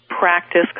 practice